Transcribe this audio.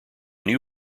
new